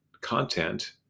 content